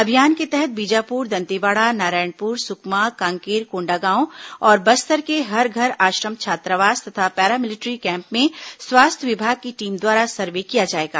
अभियान के तहत बीजापुर दंतेवाड़ा नारायणपुर सुकमा कांकेर कोण्डागांव और बस्तर के हर घर आश्रम छात्रावास तथा पैरामिलिट्री कैम्प में स्वास्थ्य विभाग की टीम द्वारा सर्वे किया जाएगा